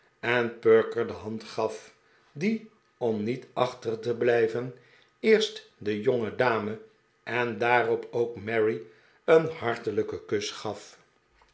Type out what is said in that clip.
en perker de hand gaf die om niet achter te blijven eerst de jongedame en daarop ook mary een hartelijken kus gaf